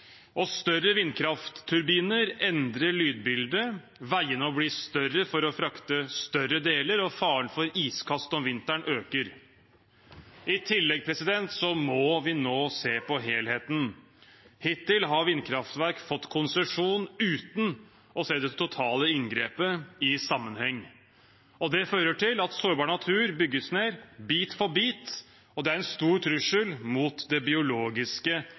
Og større vindkraftturbiner endrer lydbildet, veiene må bli større for å frakte større deler, og faren for iskast om vinteren øker. I tillegg må vi nå se på helheten. Hittil har vindkraftverk fått konsesjon uten å se det totale inngrepet i sammenheng. Det fører til at sårbar natur bygges ned bit for bit, og det er en stor trussel mot det biologiske